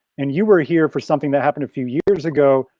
and you were here for something that happened a few years ago,